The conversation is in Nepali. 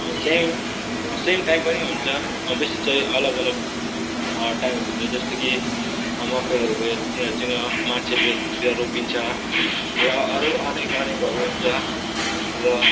सेम सेम टाइम पनि हुन्छ बेसी चाहिँ अलग अलग टाइम ज जस्तो कि मकैहरू भयो तिनीहरू चाहिँ नि मार्च एप्रिलतिर रोपिन्छ र अरू अनेक अनेकहरू हुन्छ र